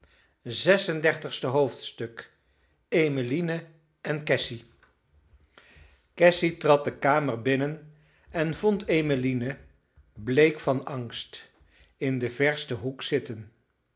hoofdstuk emmeline en cassy cassy trad de kamer binnen en vond emmeline bleek van angst in den versten hoek zitten